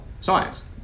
Science